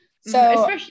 So-